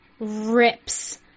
rips